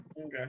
Okay